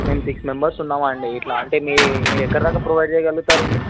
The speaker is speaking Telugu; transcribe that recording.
మేము సిక్స్ మెంబర్స్ ఉన్నాము అండి ఇట్లా అంటే మీ మీరు ఎక్కడి దాకా ప్రొవైడ్ చేయగలుగుతారు ఇది